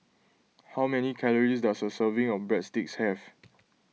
how many calories does a serving of Breadsticks have